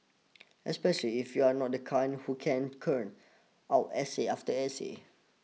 especially if you're not the kind who can churn out essay after essay